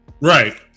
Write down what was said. Right